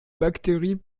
bactéries